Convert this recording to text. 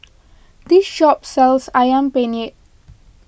this shop sells Ayam Penyet